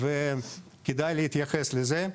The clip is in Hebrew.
וכדאי להתייחס לזה.